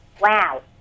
Wow